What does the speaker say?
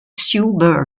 sue